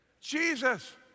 Jesus